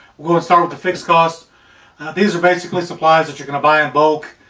we would start with the fixed cost these are basically supplies that you're gonna buy in bulk.